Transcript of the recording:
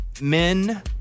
men